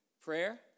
Prayer